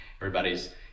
everybody's